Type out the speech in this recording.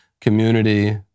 community